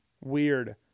Weird